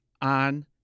on